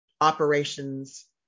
operations